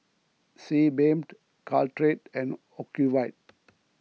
Sebamed Caltrate and Ocuvite